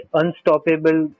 unstoppable